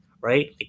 right